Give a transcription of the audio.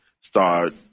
start